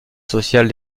sociale